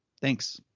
thanks